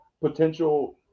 potential